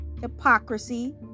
hypocrisy